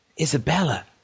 Isabella